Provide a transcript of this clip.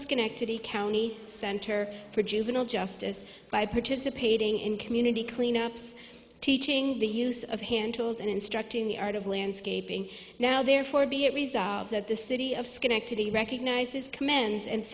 schenectady county center for juvenile justice by participating in community cleanups teaching the use of hand tools and instructing the art of landscaping now therefore be it resolved that the city of schenectady recognizes commands and